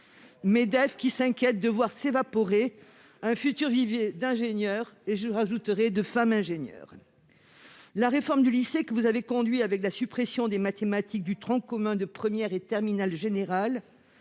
Medef s'inquiète en effet de voir s'évaporer un vivier d'ingénieurs et, j'ajouterai, de femmes ingénieures. La réforme du lycée que vous avez conduite, avec la suppression des mathématiques du tronc commun de première et terminale générale,